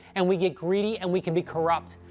and we get greedy, and we can be corrupt.